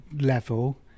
level